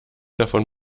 davon